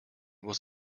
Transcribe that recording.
was